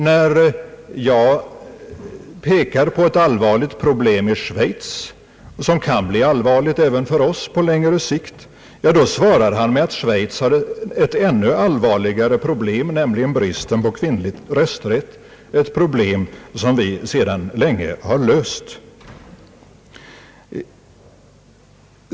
När jag pekar på ett allvarligt problem i Schweiz, som kan bli allvarligt även för oss på längre sikt, svarar han med att Schweiz har ett ännu allvarligare problem, nämligen avsaknaden av kvinnlig rösträtt, ett problem som vi sedan länge har löst.